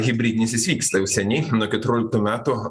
hibridinis jis vyksta jau seniai nuo keturioliktų metų